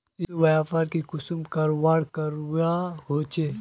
ई व्यापार की कुंसम करवार करवा होचे?